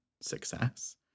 success